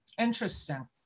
Interesting